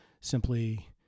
simply